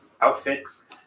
outfits